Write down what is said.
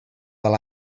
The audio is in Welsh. fel